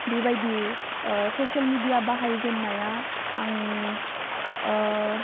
बेबायदि social media बाहायजेन्नाया आं